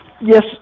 yes